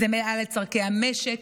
זה מעל צורכי המשק,